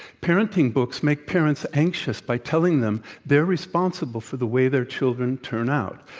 parenting books make parents anxious by telling them they're responsible for the way their children turn out,